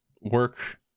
work